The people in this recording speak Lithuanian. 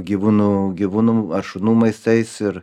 gyvūnų gyvūnų ar šunų maistais ir